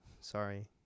sorry